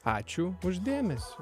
ačiū už dėmesį